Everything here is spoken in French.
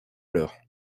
l’heure